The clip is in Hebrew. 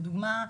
לדוגמה,